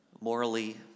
morally